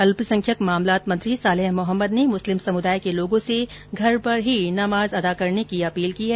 अल्पसंख्यक मामलात मंत्री सालेह मोहम्मद ने मुस्लिम समुदाय के लोगों से घर पर ही नमाज अदा करने की अपील की है